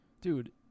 Dude